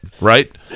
right